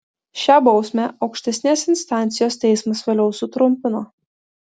šią bausmę aukštesnės instancijos teismas vėliau sutrumpino